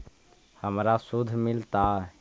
हमरा शुद्ध मिलता?